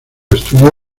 estudió